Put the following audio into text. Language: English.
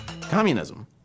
communism